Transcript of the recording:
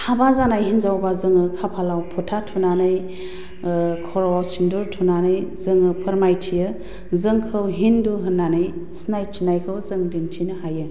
हाबा जानाय हिन्जावबा जोङो खापालाव फोथा थुनानै खर'आव सिन्दुर थुनानै जोङो फोरमायथियो जोंखौ हिन्दु होन्नानै सिनायथिनायखौ जों दिन्थिनो हायो